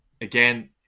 again